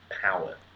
power